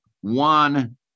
One